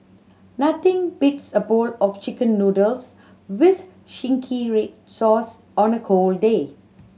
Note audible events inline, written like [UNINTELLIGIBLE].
nothing beats a bowl of Chicken Noodles with [UNINTELLIGIBLE] red sauce on a cold day